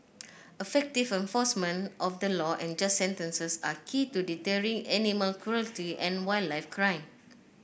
effective enforcement of the law and just sentences are key to deterring animal cruelty and wildlife crime